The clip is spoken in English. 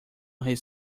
his